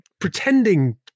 pretending